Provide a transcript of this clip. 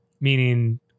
meaning